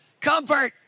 comfort